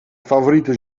favoriete